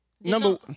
number